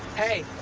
hey.